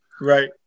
Right